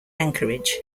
anchorage